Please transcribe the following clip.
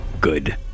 good